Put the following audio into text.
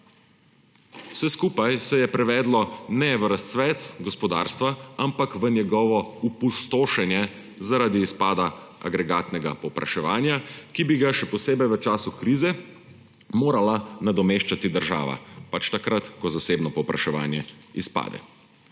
Vse skupaj se je prevedlo ne v razcvet gospodarstva, ampak v njegovo opustošenje zaradi izpada agregatnega povpraševanja, ki bi ga še posebej v času krize morala nadomeščati država, pač takrat, ko zasebno povpraševanje izpade.